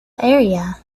area